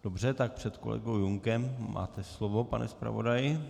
Dobře, tak před kolegou Junkem máte slovo, pane zpravodaji.